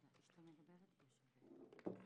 בבקשה.